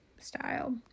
style